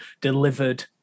delivered